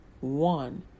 one